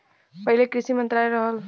पहिले कृषि मंत्रालय रहल